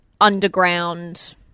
underground